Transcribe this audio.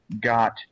got